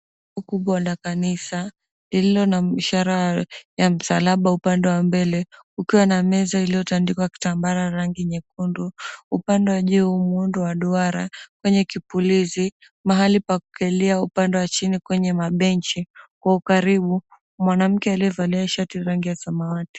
Kubwa la kanisa lililo na mshahara ya msalaba upande wa mbele, ukiwa na meza iliyotandikwa kitambara rangi nyekundu, upande wa juu muundo wa duara kwenye kipulizi, mahali pa kukelia upande wa chini kwenye mabenchi kwa ukaribu mwanamke aliyevaa shati rangi ya zamawati.